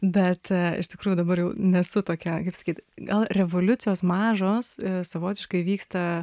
bet iš tikrųjų dabar jau nesu tokia kaip sakyt gal revoliucijos mažos savotiškai vyksta